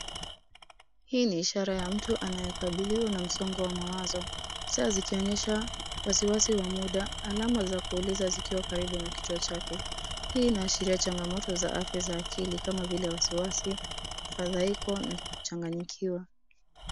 Hii ni ishara ya mtu anayekabithiwa na msongo wa mawazo. Saa zikionyesha wasiwasi wa muda alama za kuuliza zikiwa karibu na kichwa chake. Hii inaashiria changamoto za afia za akili kama vile wasiwasi, mafadhaiko na kuchanganyikiwa.